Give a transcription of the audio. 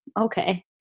okay